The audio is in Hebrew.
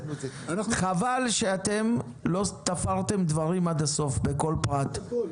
חבל שאתם לא תפרתם דברים עד הסוף בכל פרט.